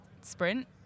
sprint